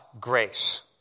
grace